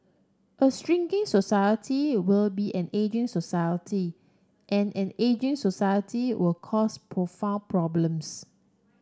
a shrinking society will be an ageing society and an ageing society will cause profound problems